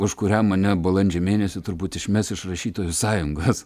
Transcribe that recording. už kurią mane balandžio mėnesį turbūt išmes iš rašytojų sąjungos